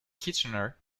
kitchener